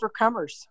overcomers